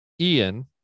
Ian